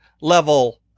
level